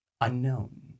Unknown